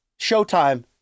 Showtime